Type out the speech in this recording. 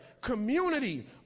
community